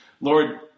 Lord